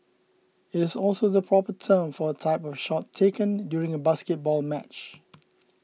it is also the proper term for a type of shot taken during a basketball match